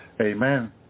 Amen